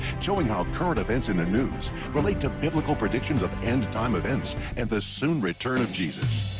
showing how current events in the news relate to biblical predictions of end time events and the soon return of jesus.